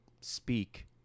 speak